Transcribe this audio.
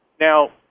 Now